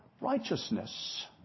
righteousness